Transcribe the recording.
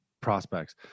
prospects